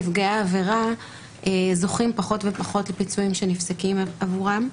ונפגעי העבירה זוכים פחות ופחות לפיצויים שנפסקים עבורם.